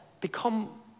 become